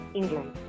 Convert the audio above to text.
England